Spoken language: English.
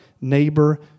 neighbor